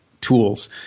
tools